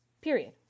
Period